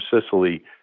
Sicily